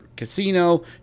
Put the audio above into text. Casino